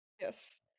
yes